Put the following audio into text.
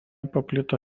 paplito